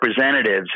representatives